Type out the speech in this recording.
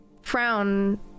frown